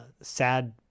sad